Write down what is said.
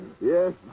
Yes